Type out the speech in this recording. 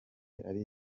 ari